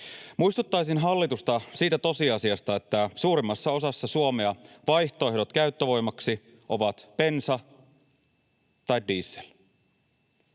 Muistuttaisin hallitusta siitä tosiasiasta, että suurimmassa osassa Suomea vaihtoehdot käyttövoimaksi ovat bensa tai diesel.